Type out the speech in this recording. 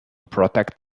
protect